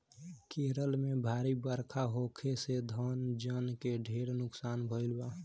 केरल में भारी बरखा होखे से धन जन के ढेर नुकसान भईल बा